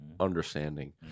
understanding